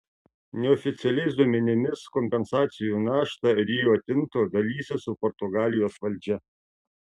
neoficialiais duomenimis kompensacijų naštą rio tinto dalysis su portugalijos valdžia